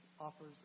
offers